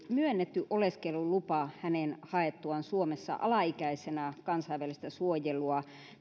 myönnetty oleskelulupa hänen haettuaan suomessa alaikäisenä kansainvälistä suojelua